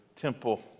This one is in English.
temple